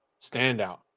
standout